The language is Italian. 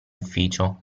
ufficio